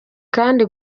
kandi